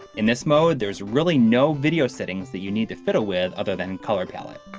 in this mode, there's really no video settings that you need to fiddle with other than color palette.